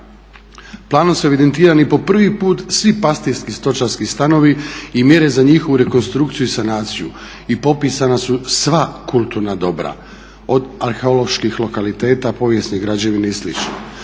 Planom su evidentirani i po prvi put svi pastirski stočarski stanovi i mjere za njihovu rekonstrukciju i sanaciju i popisana su sva kulturna dobra od arheoloških lokaliteta, povijesnih građevina i